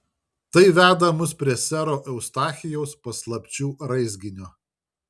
tai veda mus prie sero eustachijaus paslapčių raizginio